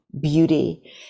beauty